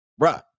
Bruh